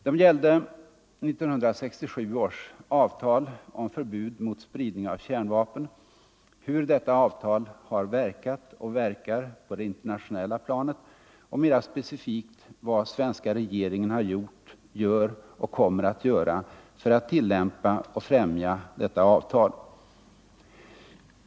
De gällde 1968 års avtal om förbud mot spridning av kärnvapen — hur detta avtal verkat och verkar på det internationella planet och, mera specifikt, vad svenska regeringen har gjort, gör och kommer att göra för att tillämpa och främja detta avtal.